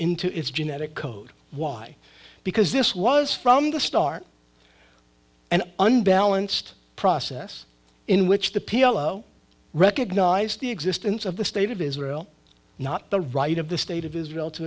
into its genetic code why because this was from the start and unbalanced process in which the p l o recognize the existence of the state of israel not the right of the state of israel to